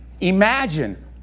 Imagine